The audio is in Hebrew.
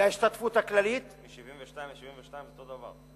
להשתתפות הכללית, מ-72% ל-72% זה אותו דבר.